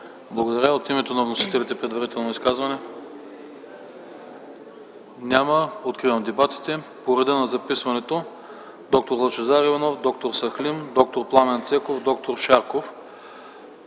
Благодаря. От името на вносителите има ли предварително изказване? Няма. Откривам дебатите. По реда на записването д-р Лъчезар Иванов, д-р Сахлим, д-р Пламен Цеков, д-р Шарков,